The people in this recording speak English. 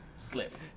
slip